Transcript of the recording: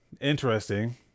interesting